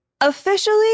Officially